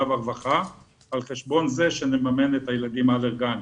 והרווחה על חשבון זה שנממן את הילדים האלרגניים'.